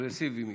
אגרסיבי מדי.